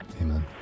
Amen